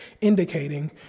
indicating